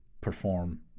perform